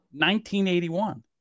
1981